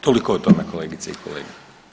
Toliko o tome kolegice i kolege.